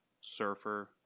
Surfer